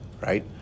right